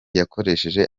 yakoresheje